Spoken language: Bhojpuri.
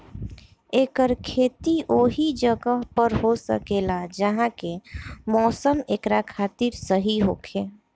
एकर खेती ओहि जगह पर हो सकेला जहा के मौसम एकरा खातिर सही होखे